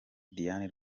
diane